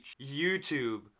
YouTube